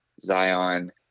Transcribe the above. Zion